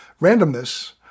randomness